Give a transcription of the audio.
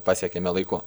pasiekėme laiku